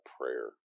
prayer